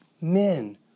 men